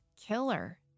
killer